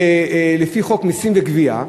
לפי פקודת המסים (גבייה),